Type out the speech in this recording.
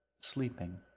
sleeping